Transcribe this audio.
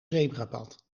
zebrapad